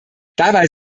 dabei